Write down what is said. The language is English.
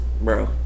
bro